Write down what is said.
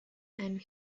and